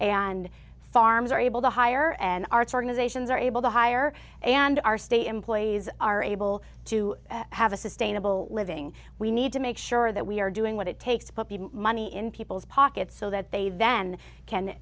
and farms are able to hire and arts organizations are able to hire and our state employees are able to have a sustainable living we need to make sure that we are doing what it takes to put money in people's pockets so that they then can